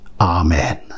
amen